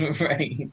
Right